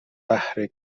بهر